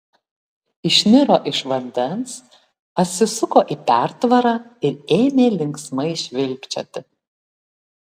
išniro iš vandens atsisuko į pertvarą ir ėmė linksmai švilpčioti